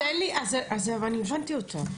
אז אני הבנתי אותה.